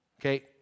Okay